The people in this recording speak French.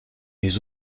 les